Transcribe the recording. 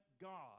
God